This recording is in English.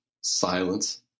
silence